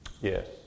Yes